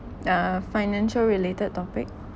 uh financial related topic